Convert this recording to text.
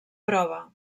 prova